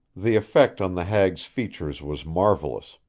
the effect on the hag's features was marvelous.